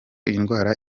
indwara